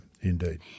indeed